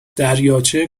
دریاچه